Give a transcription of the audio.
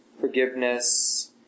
forgiveness